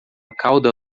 cauda